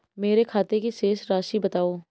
मेरे खाते की शेष राशि बताओ?